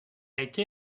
été